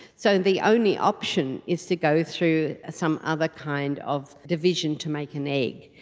so the only option is to go through some other kind of division to make an egg.